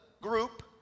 group